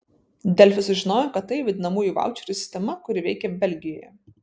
delfi sužinojo kad tai vadinamųjų vaučerių sistema kuri veikia belgijoje